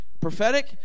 Prophetic